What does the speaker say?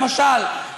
למשל,